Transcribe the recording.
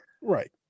right